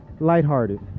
Lighthearted